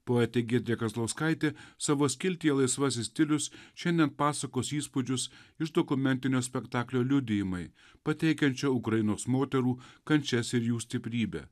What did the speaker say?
poetė giedrė kazlauskaitė savo skiltyje laisvasis stilius šiandien pasakos įspūdžius iš dokumentinio spektaklio liudijimai pateikiančia ukrainos moterų kančias ir jų stiprybę